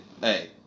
hey